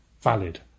valid